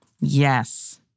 yes